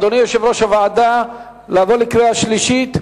אדוני יושב-ראש הוועדה, לעבור לקריאה שלישית?